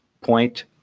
point